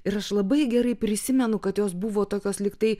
ir aš labai gerai prisimenu kad jos buvo tokios lyg tai